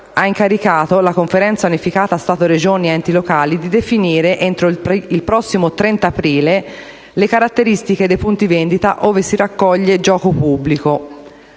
ha incaricato la Conferenza unificata Stato-Regioni-enti locali di definire, entro il prossimo 30 aprile, le caratteristiche dei punti vendita ove si raccoglie il gioco pubblico,